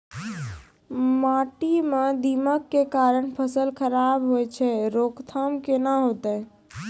माटी म दीमक के कारण फसल खराब होय छै, रोकथाम केना होतै?